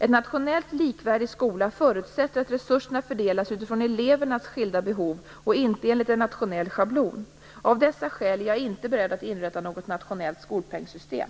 En nationellt likvärdig skola förutsätter att resurserna fördelas utifrån elevernas skilda behov och inte enligt en nationell schablon. Av dessa skäl är jag inte beredd att inrätta något nationellt skolpengssystem.